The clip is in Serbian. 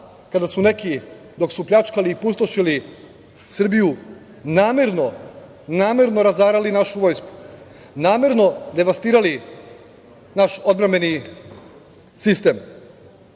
kada su neki dok su pljačkali i pustošili Srbiju, namerno razarali našu vojsku, namerno devastirali naš odbrambeni sistem,